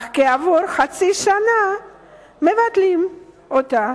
אך כעבור חצי שנה מבטלים אותה.